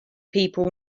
people